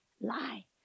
lie